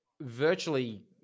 virtually